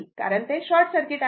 कारण ते short circuit आहे